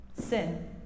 sin